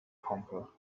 conquer